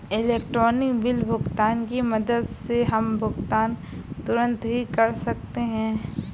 electronic bill भुगतान की मदद से हम भुगतान तुरंत ही कर सकते हैं